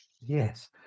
yes